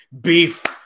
beef